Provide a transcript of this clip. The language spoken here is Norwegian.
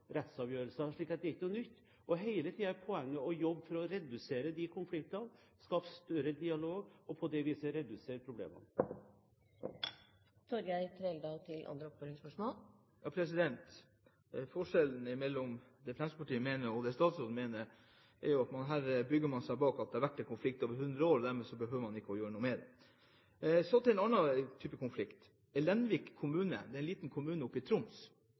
rettsavgjørelser, slik at det er ikke noe nytt. Hele tiden er poenget å jobbe for å redusere disse konfliktene, skape større dialog, og på det viset redusere problemene. Forskjellen mellom det Fremskrittspartiets mener, og det statsråden mener, er jo at man her gjemmer seg bak at det har vært konflikter i hundre år. Dermed behøver man ikke gjøre noe med det. Så til en annen type konflikt. Lenvik kommune, en liten kommune i Troms,